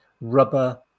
rubber